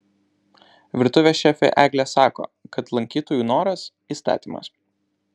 virtuvės šefė eglė sako kad lankytojų noras įstatymas